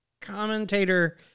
commentator